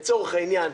לצורך העניין,